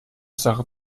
sache